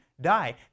die